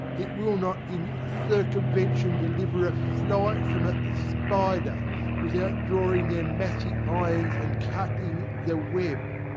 it will not in circumvention deliver a fly from a spider without drawing their massy irons and cutting the web.